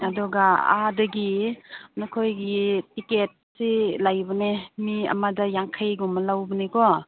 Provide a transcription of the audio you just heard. ꯑꯗꯨꯒ ꯑꯥꯗꯒꯤ ꯃꯈꯣꯏꯒꯤ ꯇꯤꯀꯦꯠꯁꯤ ꯂꯩꯕꯅꯦ ꯃꯤ ꯑꯃꯗ ꯌꯥꯡꯈꯩꯒꯨꯝꯕ ꯂꯧꯕꯅꯤꯀꯣ